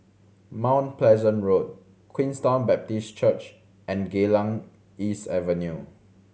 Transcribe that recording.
Mount Pleasant Road Queenstown Baptist Church and Geylang East Avenue